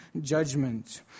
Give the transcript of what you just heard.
judgment